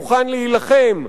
מוכן להילחם,